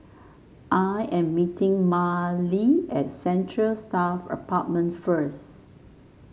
I am meeting Marely at Central Staff Apartment first